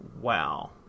Wow